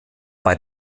bei